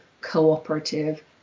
cooperative